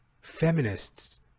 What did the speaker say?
Feminists